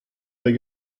hag